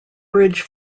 bridge